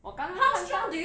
我刚刚看到